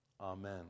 Amen